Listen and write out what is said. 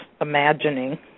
imagining